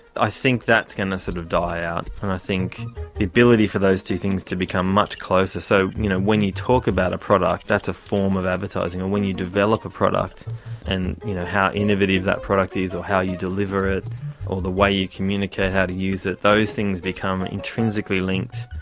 i think that's going to sort of die out, and i think the ability for those two things to become much closer, so you know when you talk about a product, that's a form of advertising, and when you develop a product and you know how innovative that product is or how you deliver it or the way you communicate how to use it, those things become intrinsically linked.